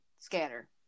scatter